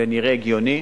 זה נראה הגיוני,